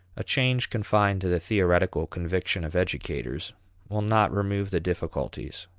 a change confined to the theoretical conviction of educators will not remove the difficulties,